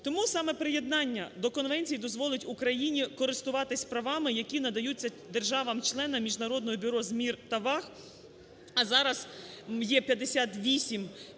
Тому саме приєднання до конвенції дозволить Україні користуватися правами, які надаються державам-членам Міжнародного бюро з мір та ваг. А зараз є 58